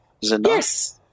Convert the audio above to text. Yes